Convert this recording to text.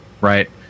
Right